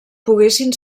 poguessin